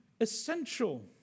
essential